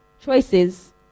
choices